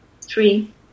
three